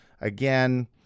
again